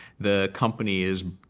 the company is,